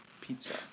Pizza